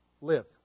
live